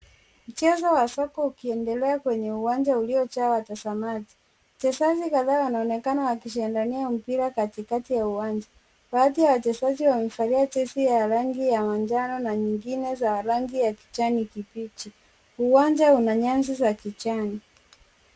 Mchezo wa soka ukiendelea kwenye uwanja uliojaa watazamaji. Wachezaji kadhaa wanaonekana wakishindania mpira katikati ya uwanja. Baadhi ya wachezaji wamevalia jezi ya rangi ya manjano na nyingine za rangi ya kijani kibichi. Uwanja una nyasi za kijani.